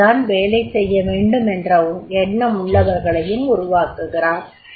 அங்கு தான் வேலை செய்யவேண்டும் என்ற எண்ணம் உள்ளவர்களையும் உருவாக்குகிறார்